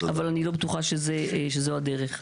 אבל אני לא בטוחה שזו הדרך.